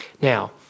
Now